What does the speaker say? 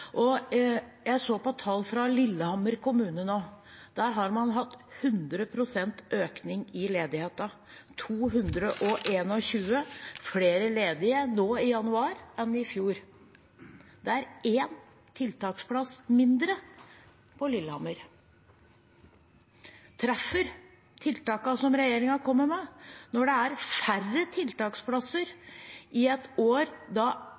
Jeg så på tall fra Lillehammer kommune. Der har man hatt 100 pst. økning i ledigheten – 221 flere ledige nå i januar enn i fjor. Det er én tiltaksplass mindre på Lillehammer. Treffer tiltakene som regjeringen kommer med, når det er færre tiltaksplasser i et år